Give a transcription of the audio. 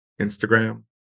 Instagram